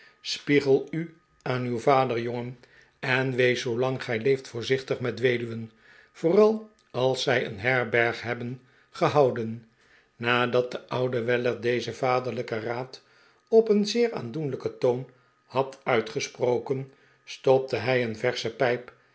spiegel u aan uw vader jongen en wees zoolang gij leeft voorzichtig met weduwen vooral als zij een herberg hebben gehouden nadat de oude weller dezen vaderlijken raad op een zeer aandoenlijken toon had uitgesproken stopte hij een versche pijp